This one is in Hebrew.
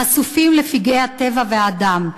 חשופים לפגעי הטבע והאדם.